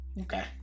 Okay